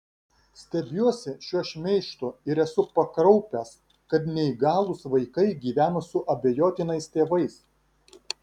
stebiuosi šiuo šmeižtu ir esu pakraupęs kad neįgalūs vaikai gyvena su abejotinais tėvais